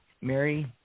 Mary